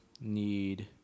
need